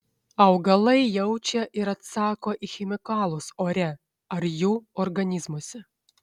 augalai jaučia ir atsako į chemikalus ore ar jų organizmuose